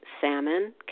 salmon